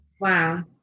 Wow